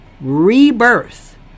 rebirth